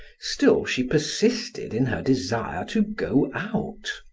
still she persisted in her desire to go out.